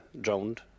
drowned